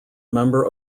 member